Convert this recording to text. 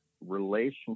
relationship